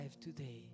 today